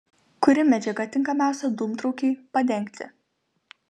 kuri medžiaga tinkamiausia dūmtraukiui padengti